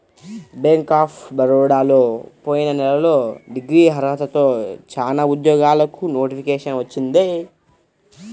bank of బరోడాలో పోయిన నెలలో డిగ్రీ అర్హతతో చానా ఉద్యోగాలకు నోటిఫికేషన్ వచ్చింది